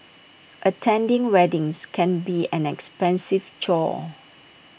attending weddings can be an expensive chore